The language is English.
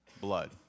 blood